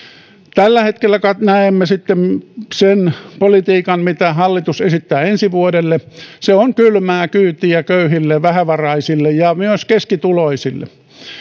tällä hetkellä näemme sitten sen politiikan mitä hallitus esittää ensi vuodelle se on kylmää kyytiä köyhille vähävaraisille ja myös keskituloisille